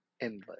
endless